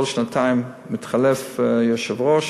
כל שנתיים מתחלף היושב-ראש.